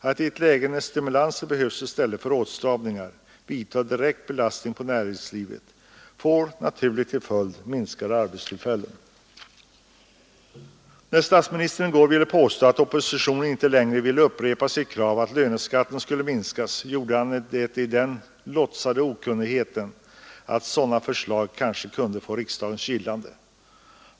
Att i ett läge när stimulanser behövs i stället för åtstramningar vidta åtgärder som medför direkta belastningar på näringslivet får naturligtvis till följd att antalet arbetstillfällen minskar. När statsministern i går påstod att oppositionen inte längre ville upprepa sitt krav att löneskatten skulle minska gjorde han det i den låtsade okunnigheten om att sådana förslag kanske kunde få riksdagens gillande.